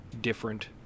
different